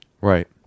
Right